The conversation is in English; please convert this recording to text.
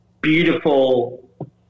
beautiful